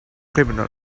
criminal